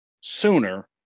sooner